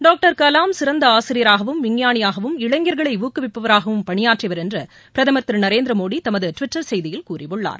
doctor Kalam சிறந்த ஆசிரியராகவும் விஞ்ஞானியாகவும் இளைஞர்களை ஊக்குவிப்பவராகவும ்பணியாற்றியவர் என்று பிரதமர் திரு நரேந்திரமோடி தமது டுவிட்டர் செய்தியில் கூறியுள்ளார்